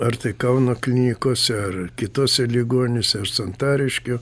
ar tai kauno klinikose ar kitose ligonėse ar santariškių